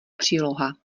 příloha